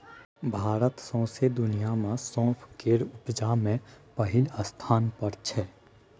भारत सौंसे दुनियाँ मे सौंफ केर उपजा मे पहिल स्थान पर छै